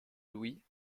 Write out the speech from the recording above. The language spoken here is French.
louis